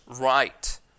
right